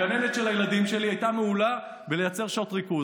הגננת של הילדים שלי הייתה מעולה בלייצר שעות ריכוז.